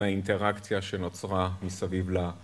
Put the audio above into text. ‫באינטרקציה שנוצרה מסביב לה.